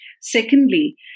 Secondly